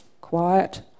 Quiet